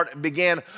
began